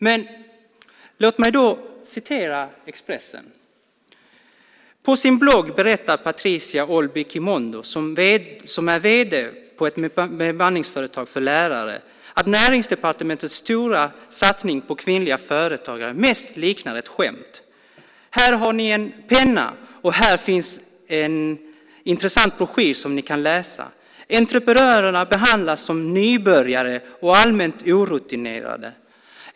Men låt mig då citera ur Expressen: "På sin blogg berättar Patricia Olby Kimondo, som är vd på ett bemanningsföretag för lärare, att näringsdepartementets stora satsning på kvinnliga företagare mest liknade ett skämt. 'Här har ni en penna och här finns en intressant broschyr som ni kan läsa ...' Entreprenörerna behandlades som 'nybörjare och allmänt orutinerade'.